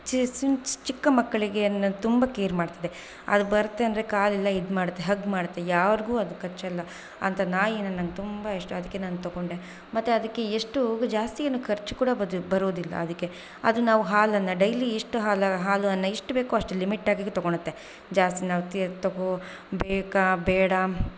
ಚಿಕ್ಕ ಮಕ್ಕಳಿಗೆ ಏನು ತುಂಬ ಕೇರ್ ಮಾಡ್ತಿದ್ದೆ ಅದು ಬರುತ್ತೆ ಅಂದರೆ ಕಾಲ್ ಎಲ್ಲ ಇದು ಮಾಡುತ್ತೆ ಹಗ್ ಮಾಡುತ್ತೆ ಯಾರಿಗೂ ಅದು ಕಚ್ಚಲ್ಲ ಅಂತ ನಾಯಿ ನಂಗೆ ತುಂಬ ಇಷ್ಟ ಅದಕ್ಕೆ ನಾನು ತಗೊಂಡೆ ಮತ್ತು ಅದಕ್ಕೆ ಎಷ್ಟು ಜಾಸ್ತಿ ಏನು ಖರ್ಚು ಕೂಡ ಬರೋದಿಲ್ಲ ಅದಕ್ಕೆ ಅದು ನಾವು ಹಾಲನ್ನು ಡೈಲಿ ಇಷ್ಟು ಹಾಲು ಹಾಲು ಅನ್ನ ಎಷ್ಟು ಬೇಕೋ ಅಷ್ಟು ಲಿಮಿಟ್ ಆಗಿ ತಗೊಳ್ಳುತ್ತೆ ಜಾಸ್ತಿ ನಾವು ತಿ ತಗೊಳ್ಬೇಕಾ ಬೇಡ